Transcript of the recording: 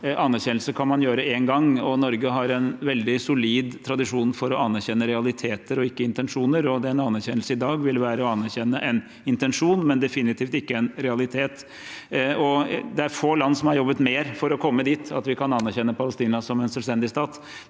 Anerkjenne kan man gjøre én gang, og Norge har en veldig solid tradisjon for å anerkjenne realiteter og ikke intensjoner. En anerkjennelse i dag ville være å anerkjenne en intensjon, men definitivt ikke en realitet. Det er få land som har jobbet mer for å komme dit at vi kan anerkjenne Palestina som en selvstendig stat.